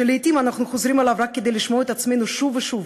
שלעתים אנחנו חוזרים עליו רק כדי לשמוע את עצמנו שוב ושוב,